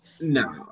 no